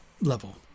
level